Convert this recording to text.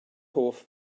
hoff